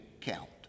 count